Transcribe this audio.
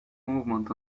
movement